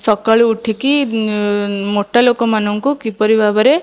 ସକାଳୁ ଉଠିକି ମୋଟା ଲୋକମାନଙ୍କୁ କିପରି ଭାବରେ